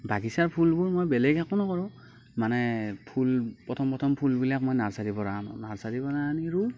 বাগিচাৰ ফুলবোৰ মই বেলেগ একো নকৰোঁ মানে ফুল প্ৰথম প্ৰথম ফুলবিলাক মই নাৰ্চাৰীৰ পৰা আনো নাৰ্চাৰীৰ পৰা আনি ৰুওঁ